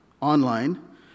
online